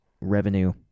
revenue